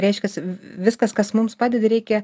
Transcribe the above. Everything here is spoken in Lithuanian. reiškiasi viskas kas mums padeda reikia